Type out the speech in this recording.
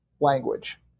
language